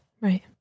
Right